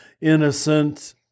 innocent